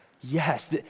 Yes